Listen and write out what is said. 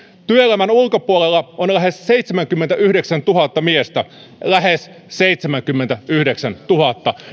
työelämän ulkopuolella on lähes seitsemänkymmentäyhdeksäntuhatta miestä lähes seitsemänkymmentäyhdeksäntuhatta